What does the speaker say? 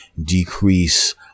decrease